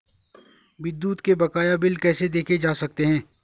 विद्युत के बकाया बिल कैसे देखे जा सकते हैं?